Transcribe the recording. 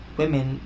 women